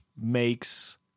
makes